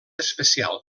especial